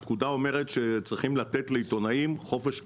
הפקודה אומרת שצריכים לתת לעיתונאים חופש פעולה.